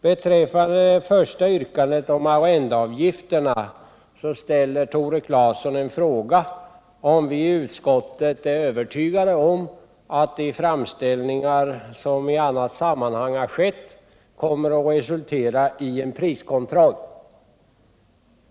Beträffande det första yrkandet, om arrendeavgifterna, ställer Tore Claeson en fråga, huruvida vi i utskottet är övertygade om att de framställningar som har gjorts i annat sammanhang kommer att resultera i en priskontroll.